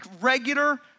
regular